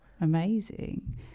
Amazing